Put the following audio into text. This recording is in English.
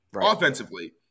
offensively